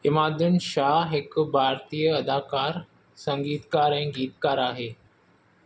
इमादुद्दीन शाह हिकु भारतीय अदाकार संगीतकार ऐं गीतकार आहे